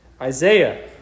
Isaiah